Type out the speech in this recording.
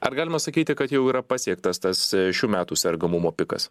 ar galima sakyti kad jau yra pasiektas tas šių metų sergamumo pikas